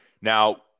Now